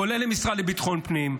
כולל משרד לביטחון פנים,